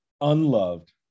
unloved